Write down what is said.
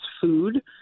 food